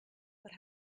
what